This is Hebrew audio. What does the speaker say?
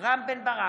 רם בן ברק,